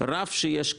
הרף שיש כאן,